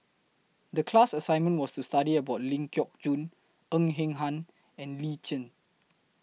The class assignment was to study about Ling Geok Choon Ng Eng Hen and Lee Tjin